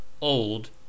Old